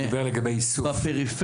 הוא דיבר לגבי איסוף.